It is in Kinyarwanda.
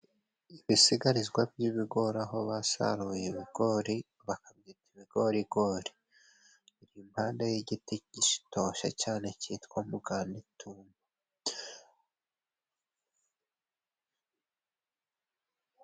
Ibisigarizwa by'ibigori aho basaruye ibigori bakabyita ibigorigori. Biri impande y'igiti gitoshye cyane cyitwa Mugandituma.